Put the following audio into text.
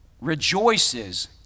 rejoices